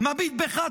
מביט בך,